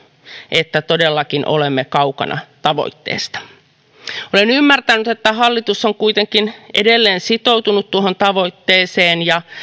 että todellakin olemme kaukana tavoitteesta olen ymmärtänyt että hallitus on kuitenkin edelleen sitoutunut tuohon tavoitteeseen ja